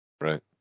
Right